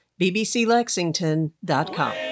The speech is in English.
bbclexington.com